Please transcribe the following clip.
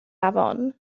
afon